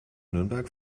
nürnberg